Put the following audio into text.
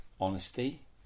honesty